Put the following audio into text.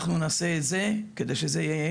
אנחנו נעשה את זה כדי שזה יהיה